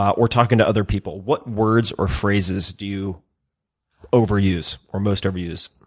or talking to other people, what words or phrases do you overuse or most overuse?